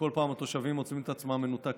ובכל פעם התושבים מוצאים את עצמם מנותקים.